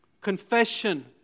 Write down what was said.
Confession